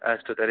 अस्तु तर्हि